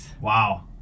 Wow